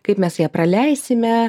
kaip mes ją praleisime